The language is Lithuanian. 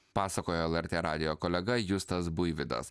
pasakojo lrt radijo kolega justas buivydas